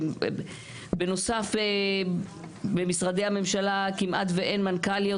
בנוסף במשרדי הממשלה כמעט ואין מנכ"ליות,